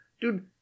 dude